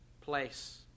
place